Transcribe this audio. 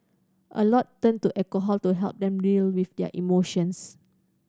a lot turn to alcohol to help them deal with their emotions